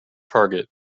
target